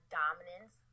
dominance